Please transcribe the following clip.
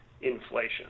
inflation